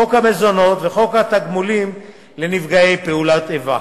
חוק המזונות וחוק התגמולים לנפגעי פעולות איבה.